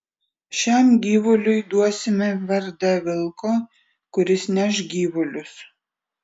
šiam gyvuliui duosime vardą vilko kuris neš gyvulius